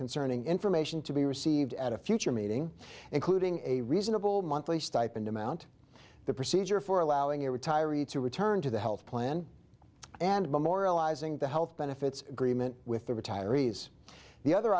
concerning information to be received at a future meeting including a reasonable monthly stipend amount the procedure for allowing a retiree to return to the health plan and memorializing the health benefits agreement with the retirees the other